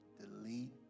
delete